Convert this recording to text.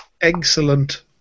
Excellent